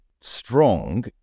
strong